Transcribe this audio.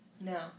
No